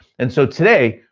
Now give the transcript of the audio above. and so today,